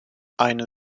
eine